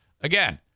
again